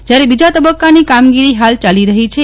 જ્યારે બીજા તબક્કાની કામગીરી હાલ ચાલી રહી છે